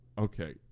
Okay